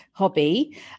hobby